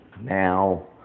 now